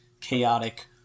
chaotic